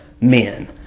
men